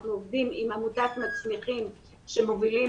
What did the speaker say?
אנחנו עובדים עם עמותת מצנחים שמובילים